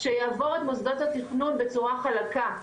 שיעבור את מוסדות התכנון בצורה חלקה,